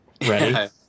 Ready